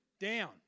down